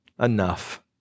enough